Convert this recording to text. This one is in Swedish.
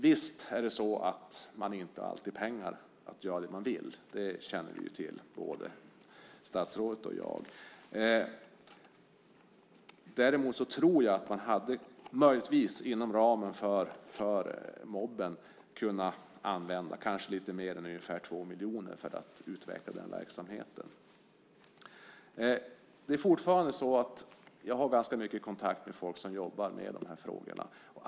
Visst är det så att man inte alltid har pengar att göra det man vill. Det känner vi till både statsrådet och jag. Däremot tror jag att man möjligtvis inom ramen för Mobilisering mot narkotika hade kunnat använda lite mer än 2 miljoner för att utveckla den verksamheten. Jag har ganska mycket kontakt med folk som jobbar med de här frågorna.